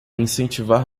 incentivar